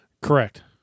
Correct